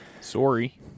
Sorry